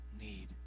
need